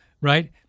right